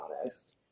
honest